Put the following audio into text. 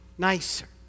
nicer